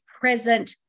present